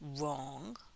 wrong